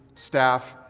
staff,